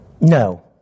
No